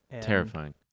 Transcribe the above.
Terrifying